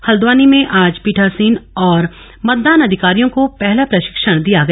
हल्द्वानी में आज पीठासीन और मतदान अधिकारियों को पहला प्रशिक्षण दिया गया